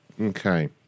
Okay